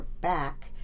back